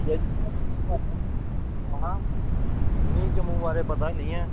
भइया जी मिगी जम्मू बारै पता ऐनी ऐ